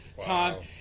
time